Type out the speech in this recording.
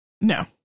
No